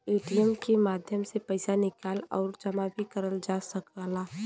ATM के माध्यम से पइसा निकाल आउर जमा भी करल जा सकला